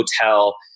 hotel